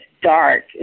dark